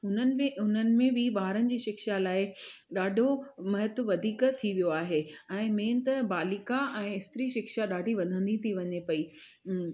उन्हनि में हुननि में बि ॿारनि जी शिक्षा लाइ ॾाढो महत्वु वधीक थी वियो आहे ऐं मैन त बालिका ऐं स्त्री शिक्षा ॾाढी वधंदी थी वञे पेई